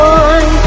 one